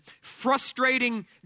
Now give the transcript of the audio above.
frustrating